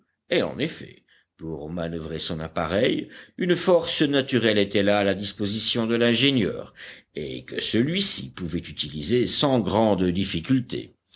et en effet pour manoeuvrer son appareil une force naturelle était là à la disposition de l'ingénieur et que celui-ci pouvait utiliser sans grande difficulté